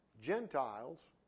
Gentiles